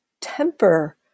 temper